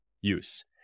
use